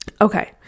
Okay